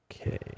Okay